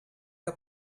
que